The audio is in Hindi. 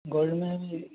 गोल्ड में भी